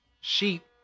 Sheep